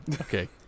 Okay